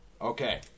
Okay